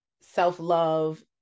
self-love